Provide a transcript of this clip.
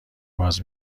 باز